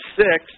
six